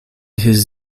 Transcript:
his